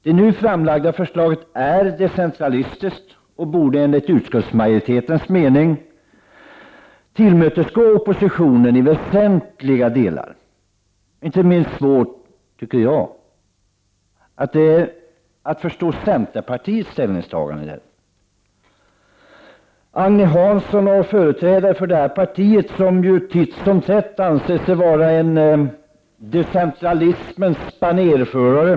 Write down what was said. Det nu framlagda förslaget är decentralistiskt och borde, enligt utskottsmajoritetens mening, tillmötesgå oppositionen i väsentliga delar. Inte minst svårt tycker jag att det är att förstå centerpartiets ställningstagande. Agne Hansson och andra företrädare för detta parti berömmer sig titt som tätt för att vara decentralismens banerförare.